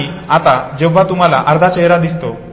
आणि आता जेव्हा तुम्हाला अर्धा चेहरा दिसतो